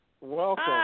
Welcome